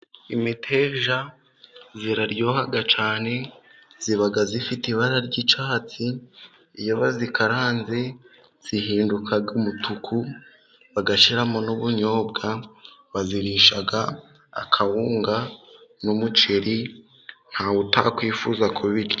Imiteja iraryoha cyane. Iba ifite ibara ry'icyatsi. Iyo bayikaranze ihinduka umutuku, bagashyiramo n'ubunyobwa. Bayirisha akawunga n'umuceri. Ntawe utakwifuza kubirya.